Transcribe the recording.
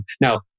Now